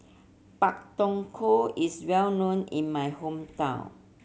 Pak Thong Ko is well known in my hometown